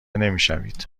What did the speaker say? نمیشوید